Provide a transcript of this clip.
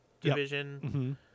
Division